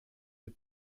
des